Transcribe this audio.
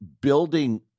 building